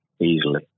easily